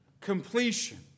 completion